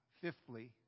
fifthly